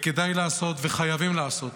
כדאי לעשות וחייבים לעשות.